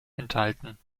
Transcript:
enthalten